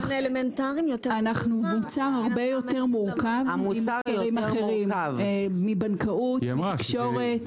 אנחנו מוצר הרבה יותר מורכב מבנקאות, תקשורת